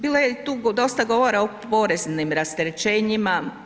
Bilo je tu dosta govora o poreznim rasterećenjima.